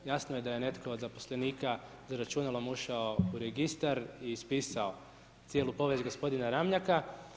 Jasno je da je netko od zaposlenika, sa računalom ušao u registar i ispisao cijelu povijest gospodina Ramljaka.